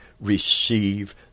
receive